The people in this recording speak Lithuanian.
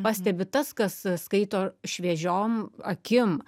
pastebi tas kas skaito šviežiom akim